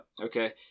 Okay